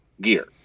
gear